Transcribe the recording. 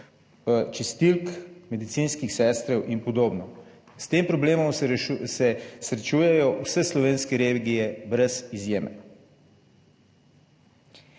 čistilk, medicinskih sester in podobno. S tem problemom se srečujejo vse slovenske regije brez izjeme.